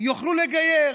יוכלו לגייר,